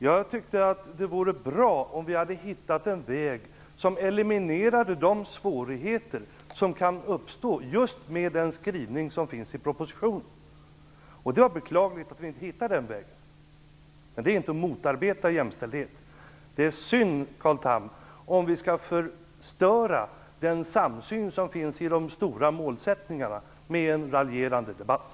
Jag tyckte att det hade varit bra om vi hade hittat en väg som eliminerar de svårigheter som kan uppstå just med den skrivning som finns i propositionen. Det var beklagligt att vi inte hittade den vägen. Det är inte att motarbeta jämställdhet. Det är synd, Carl Tham, om vi skall förstöra den samsyn som finns i de stora målsättningarna med en raljerande debatt.